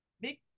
big